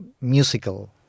musical